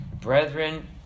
brethren